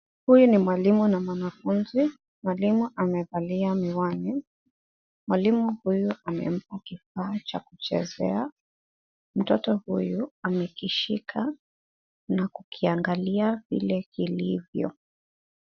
Huyu ni mwalimu na mwanafunzi. Mwalimu amevalia miwani. Mwalimu huyu amempa kifaa cha kuchezea. Mtoto huyu amekishika na kukiangalia vile kilvyo.